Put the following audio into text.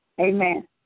Amen